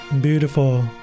Beautiful